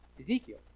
Ezekiel